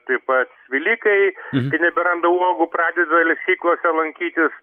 taip pa svilikai kai neberanda uogų pradeda lesyklose lankytis